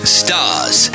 stars